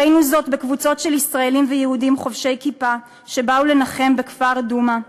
ראינו זאת בקבוצות של ישראלים ויהודים חובשי כיפה שבאו לנחם בכפר דומא,